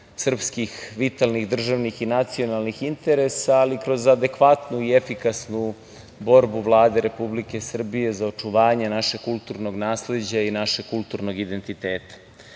srpskih vitalnih, državnih i nacionalnih interesa, ali kroz adekvatnu i efikasnu borbu Vlade Republike Srbije za očuvanje našeg kulturnog nasleđa i našeg kulturnog identiteta. Srpska